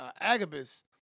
Agabus